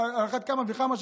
ועל אחת כמה וכמה,